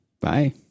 Bye